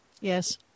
Yes